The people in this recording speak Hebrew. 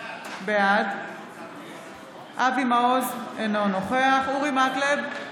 בעד אבי מעוז, אינו נוכח אורי מקלב,